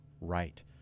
right